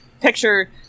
picture